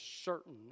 certain